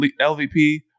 LVP